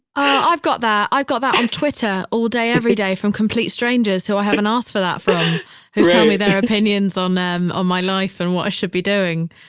i've got that. i've got that on twitter, all day, every day from complete strangers who i haven't asked for that from, who tell me their opinions on, um on my life and what i should be doing.